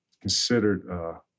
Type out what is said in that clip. considered